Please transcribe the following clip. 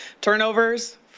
Turnovers